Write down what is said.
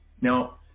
Now